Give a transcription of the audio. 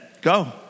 go